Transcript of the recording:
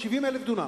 70,000 דונם,